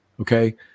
Okay